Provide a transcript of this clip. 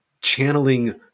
channeling